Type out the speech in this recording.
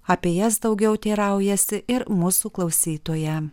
apie jas daugiau teiraujasi ir mūsų klausytoja